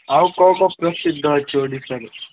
ଆଉ କ'ଣ କ'ଣ ପ୍ରସିଦ୍ଧ ଅଛି ଓଡ଼ିଶାରେ